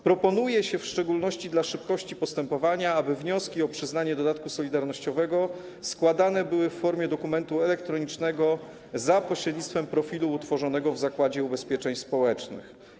Proponuje się w szczególności dla szybkości postępowania, aby wnioski o przyznanie dodatku solidarnościowego składane były w formie dokumentu elektronicznego za pośrednictwem profilu utworzonego w Zakładzie Ubezpieczeń Społecznych.